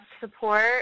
support